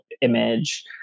image